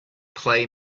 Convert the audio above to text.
play